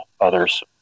others